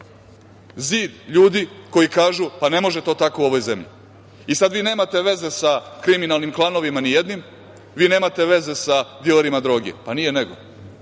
zid ljudi koji kažu – pa, ne može to tako u ovoj zemlji. Sad vi nemate veze sa kriminalnim klanovima nijednim? Vi nemate veze sa dilerima droge? Pa, nije nego.